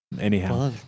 anyhow